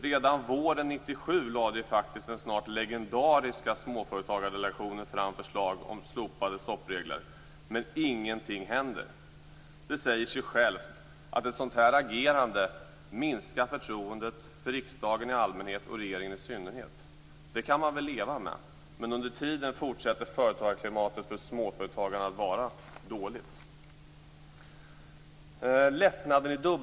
Redan våren 1997 lade den snart legendariska Småföretagsdelegationen fram förslag om slopade stoppregler, men ingenting händer. Det säger sig självt att ett sådant agerande minskar förtroendet för riksdagen i allmänhet och för regeringen i synnerhet. Det kan man väl leva med, men under tiden fortsätter företagsklimatet för småföretagandet att vara dåligt.